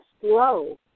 slow